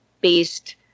based